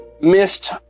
missed